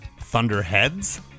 thunderheads